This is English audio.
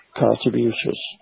contributions